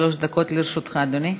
אדוני.